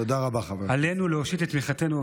עלינו להושיט את תמיכתנו,